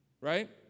right